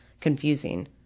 confusing